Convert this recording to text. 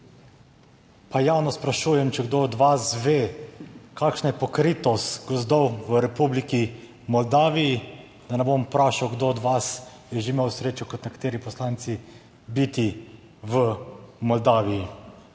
Pa javno sprašujem, če kdo od vas ve kakšna je pokritost gozdov v Republiki Moldaviji, da ne bom vprašal kdo od vas je že imel srečo kot nekateri poslanci, biti v Moldaviji.